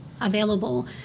Available